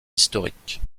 historiques